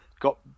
Got